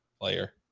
player